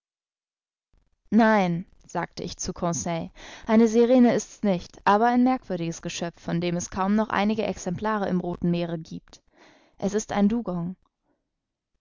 nein sagte ich zu conseil eine sirene ist's nicht aber ein merkwürdiges geschöpf von dem es kaum noch einige exemplare im rothen meere giebt es ist ein dugong